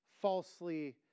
falsely